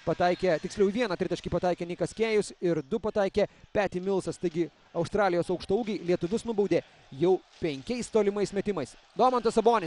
pataikė tiksliau vieną tritaškį pataikė nikas kėjus ir du pataikė peti milsas taigi australijos aukštaūgiai lietuvius nubaudė jau penkiais tolimais metimais domantas sabonį